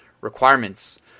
requirements